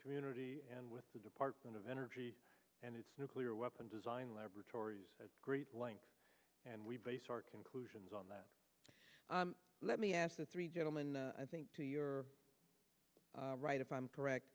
community and with the department of energy and its nuclear weapon design laboratories a great line and we base our conclusions on that let me ask the three gentlemen i think to your right if i'm correct